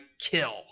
kill